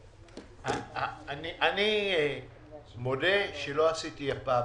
אני מודה שלא עשיתי הפעם